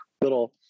little